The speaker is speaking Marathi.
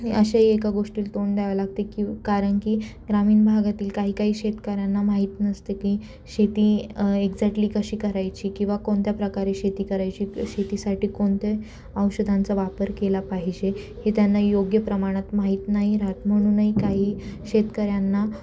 अशाही एका गोष्टीला तोंड द्यावे लागते की कारण की ग्रामीण भागातील काही काही शेतकऱ्यांना माहीत नसते की शेती एक्झॅक्टली कशी करायची किंवा कोणत्या प्रकारे शेती करायची शेतीसाठी कोणत्या औषधांचा वापर केला पाहिजे हे त्यांना योग्य प्रमाणात माहीत नाही राहत म्हणूनही काही शेतकऱ्यांना